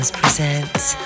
presents